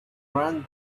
ran